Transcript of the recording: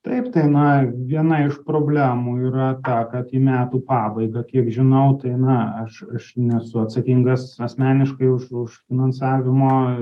taip tai na viena iš problemų yra ta kad į metų pabaigą kiek žinau tai na aš aš nesu atsakingas asmeniškai už už finansavimo